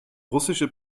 russische